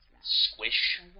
squish